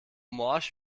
morsch